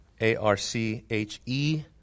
A-R-C-H-E